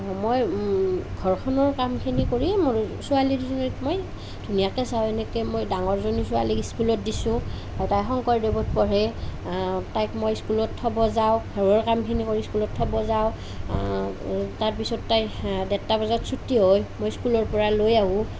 অঁ মই ঘৰখনৰ কামখিনি কৰি মোৰ ছোৱালী দুজনীক মই ধুনীয়াকৈ চাওঁ এনেকৈ মই ডাঙৰজনী ছোৱালীক স্কুলত দিছোঁ তাই শংকৰদেৱত পঢ়ে তাইক মই স্কুলত থব যাওঁ ঘৰৰ কামখিনি কৰি স্কুলত থব যাওঁ তাৰপিছত তাইৰ দেৰটা বজাত ছুটি হয় মই স্কুলৰ পৰা লৈ আহোঁ